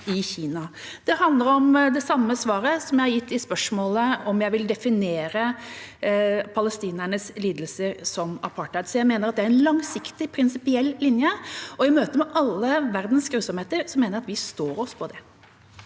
Det handler om det samme svaret jeg har gitt på spørsmålet om jeg vil definere palestinernes lidelser som apartheid. Jeg mener det er en langsiktig prinsipiell linje, og i møte med alle verdens grusomheter mener jeg vi står oss på det.